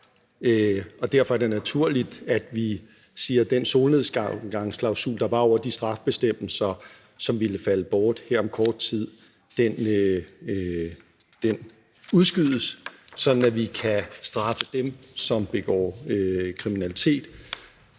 Derfor er det naturligt, at vi siger, at den solnedgangsklausul, der var i forbindelse med de straffebestemmelser, som ville falde bort her om kort tid, udskydes, sådan at vi kan straffe dem, som begår kriminalitet